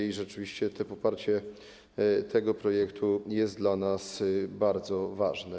I rzeczywiście poparcie tego projektu jest dla nas bardzo ważne.